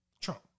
Trump